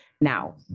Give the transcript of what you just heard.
now